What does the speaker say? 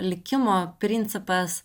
likimo principas